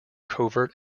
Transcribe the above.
covert